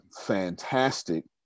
fantastic